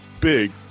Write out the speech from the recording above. big